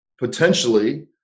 potentially